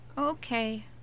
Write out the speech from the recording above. Okay